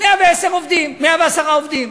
110 עובדים.